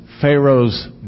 Pharaoh's